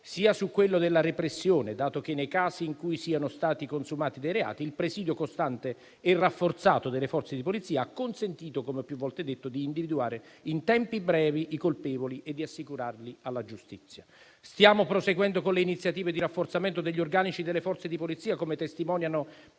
sia su quello della repressione, dato che nei casi in cui siano stati consumati dei reati il presidio costante e rafforzato delle Forze di polizia ha consentito, come più volte detto, di individuare in tempi brevi i colpevoli e di assicurarli alla giustizia. Stiamo proseguendo con le iniziative di rafforzamento degli organici delle forze di polizia, come testimoniano